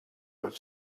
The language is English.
but